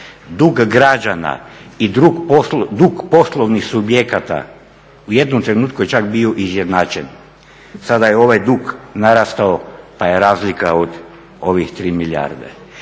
Dug građana i dug poslovnih subjekata u jednom trenutku je čak bio izjednačen. Sada je ovaj dug narastao pa je razlika od ovih 3 milijarde.